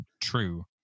true